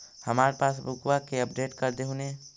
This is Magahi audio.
हमार पासबुकवा के अपडेट कर देहु ने?